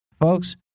folks